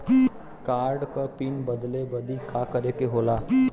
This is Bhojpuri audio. कार्ड क पिन बदले बदी का करे के होला?